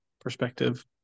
perspective